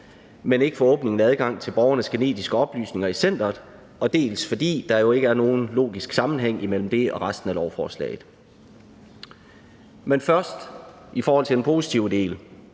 men ikke åbning af adgang til borgernes genetiske oplysninger i centeret, dels fordi der jo ikke er nogen logisk sammenhæng mellem det og resten af lovforslaget. Først til den positive del: